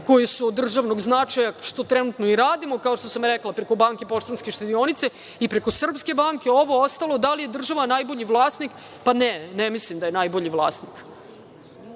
koji su od državnog značaja, što trenutno i radimo, kao što sam rekla preko banke „Poštanska štedionica“, i preko „Srpske banke“. Ovo ostalo, da li je država najbolji vlasnik. Ne, ne mislim da je najbolji vlasnik,